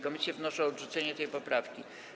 Komisje wnoszą o odrzucenie tej poprawki.